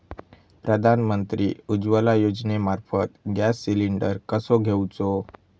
प्रधानमंत्री उज्वला योजनेमार्फत gas cylinder कसो घेऊचो?